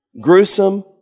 gruesome